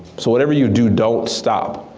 so whatever you do, don't stop.